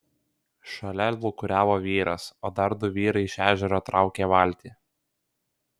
šalia lūkuriavo vyras o dar du vyrai iš ežero traukė valtį